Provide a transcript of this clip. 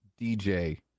DJ